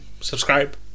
subscribe